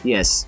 Yes